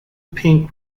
pink